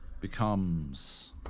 becomes